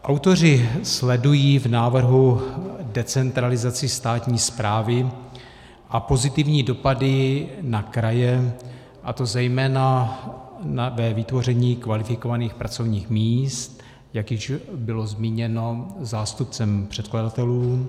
Autoři sledují v návrhu decentralizaci státní správy a pozitivní dopady na kraje, a to zejména ve vytvoření kvalifikovaných pracovních míst, jak již bylo zmíněno zástupcem předkladatelů.